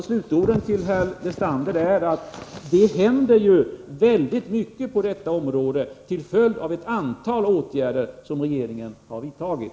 Slutorden till herr Lestander är alltså att det händer väldigt mycket på detta område till följd av ett antal åtgärder som regeringen har vidtagit.